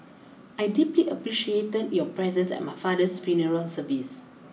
I deeply appreciated your presence at my father's funeral service